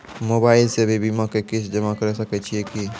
Mobile से भी बीमा के किस्त जमा करै सकैय छियै कि?